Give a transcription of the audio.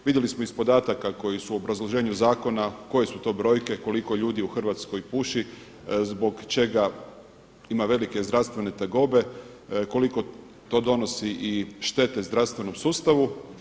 Vidjeli smo iz podataka koji su u obrazloženju zakona koje su to brojke, koliko ljudi u Hrvatskoj puši, zbog čega ima velike zdravstvene tegobe, koliko to donosi i štete zdravstvenom sustavu.